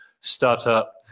startup